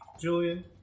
Julian